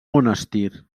monestir